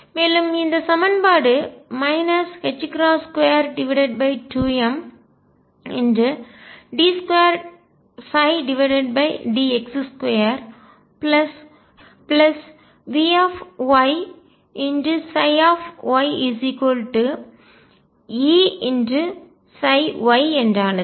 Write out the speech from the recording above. மேலும் இந்த சமன்பாடு 22md2dx2VyyEψy என்றானது